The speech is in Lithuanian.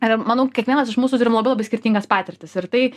ir manau kiekvienas iš mūsų turim labai labai skirtingas patirtis ir tai